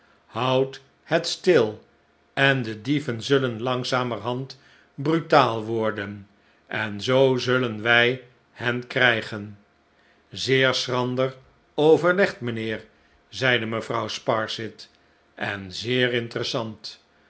houd het stil en de dieven zullen langzamerhand brutaal worden en zoo zullen wij hen krijgen zeer schrander overlegd mijnheer zeide mevrouw sparsit en zeer interessant